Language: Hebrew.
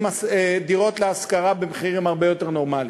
דירות להשכרה במחירים הרבה יותר נורמליים.